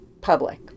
Public